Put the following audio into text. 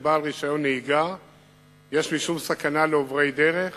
בעל רשיון נהיגה יש משום סכנה לעוברי דרך,